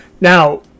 Now